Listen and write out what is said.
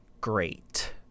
great